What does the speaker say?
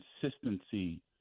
consistency